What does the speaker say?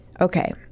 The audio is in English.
Okay